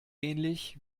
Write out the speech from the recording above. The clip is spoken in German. ähnlich